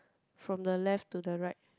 from the left to the right